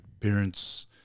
parents